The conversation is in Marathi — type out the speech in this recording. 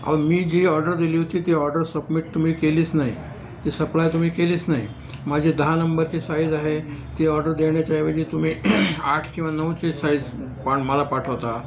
अ मी जी ऑर्डर दिली होती ती ऑर्डर सबमिट तुम्ही केलीच नाही ती सप्लाय तुम्ही केलीच नाही माझे दहा नंबरची साईज आहे ती ऑर्डर देण्याच्या ऐवजी तुम्ही आठ किंवा नऊचे साईज पा मला पाठवता